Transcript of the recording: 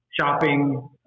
shopping